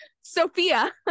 Sophia